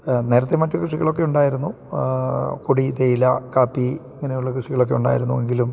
നേരത്തെ മറ്റു കൃഷികൾ ഒക്കെ ഉണ്ടായിരുന്നു കൊടി തേയില കാപ്പി ഇങ്ങനെയുള്ള കൃഷികൾ ഒക്കെ ഉണ്ടായിരുന്നു എങ്കിലും